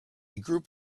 group